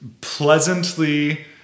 pleasantly